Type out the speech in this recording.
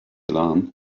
alarm